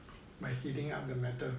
by heating up the metal